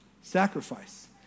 sacrifice